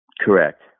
Correct